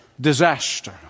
disaster